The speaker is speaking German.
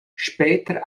später